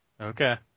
Okay